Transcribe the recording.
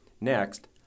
Next